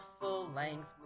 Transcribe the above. full-length